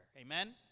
Amen